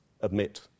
admit